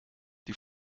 die